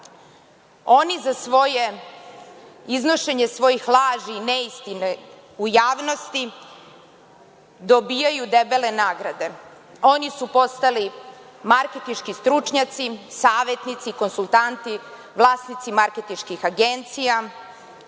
Oni za iznošenje svojih laži, neistina u javnosti dobijaju debele nagrade. Oni su postali marketinški stručnjaci, savetnici, konsultanti, vlasnici marketinških agencija,